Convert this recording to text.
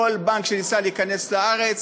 כל בנק שניסה להיכנס לארץ,